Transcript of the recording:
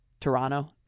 Toronto